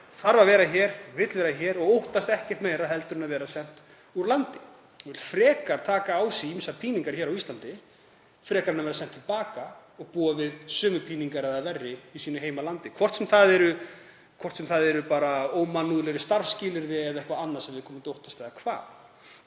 þarf að vera hér, vill vera hér og óttast ekkert meira en að verða sent úr landi; vill taka á sig ýmsar píningar hér á Íslandi frekar en að vera sent til baka og búa við sömu píningar eða verri í sínu heimalandi, hvort sem það eru bara ómannúðlegri starfsskilyrði eða eitthvað annað sem viðkomandi óttast eða hvað.